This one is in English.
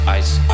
ice